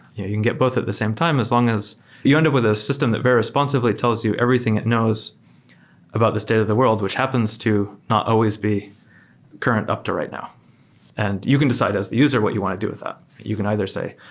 you you can get both at the same time as long as you end up with a system that very responsibly tells you everything it knows about the state of the world, which happens to not always be current up to right and eight can decide as the user what you want to do with that. you can either say,